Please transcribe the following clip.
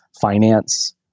finance